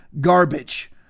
garbage